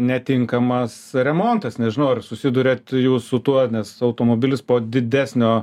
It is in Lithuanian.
netinkamas remontas nežinau ar susiduriat su tuo nes automobilis po didesnio